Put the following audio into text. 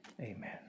Amen